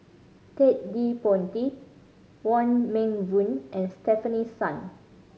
Ted De Ponti Wong Meng Voon and Stefanie Sun